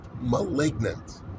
malignant